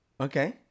Okay